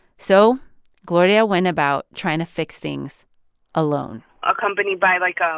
so gloria went about trying to fix things alone accompanied by, like, um